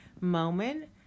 moment